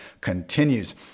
continues